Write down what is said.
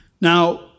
Now